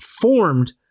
formed